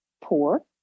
poor